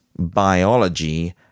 Biology